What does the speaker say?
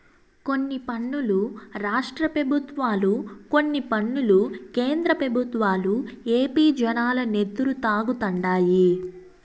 కొన్ని పన్నులు రాష్ట్ర పెబుత్వాలు, కొన్ని పన్నులు కేంద్ర పెబుత్వాలు ఏపీ జనాల నెత్తురు తాగుతండాయి